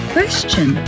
Question